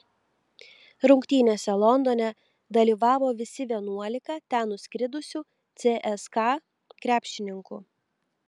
rungtynėse londone dalyvavo visi vienuolika ten nuskridusių cska krepšininkų